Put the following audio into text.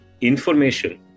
information